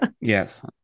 Yes